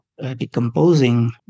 decomposing